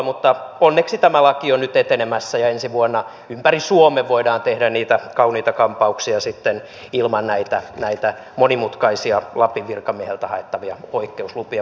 mutta onneksi tämä laki on nyt etenemässä ja ensi vuonna ympäri suomen voidaan tehdä niitä kauniita kampauksia ilman näitä monimutkaisia lapin virkamieheltä haettavia poikkeuslupia